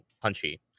punchy